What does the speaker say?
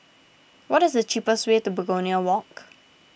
what is the cheapest way to Begonia Walk